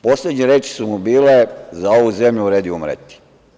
Poslednje reči su mu bile – za ovu zemlju vredi umreti.